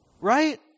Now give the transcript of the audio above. Right